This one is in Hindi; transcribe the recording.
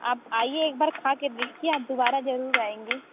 आप आइए एक बार खा के देखिए आप दुबारा ज़रूर आएंगी